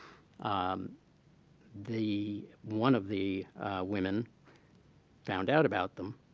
um the one of the women found out about them,